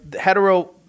hetero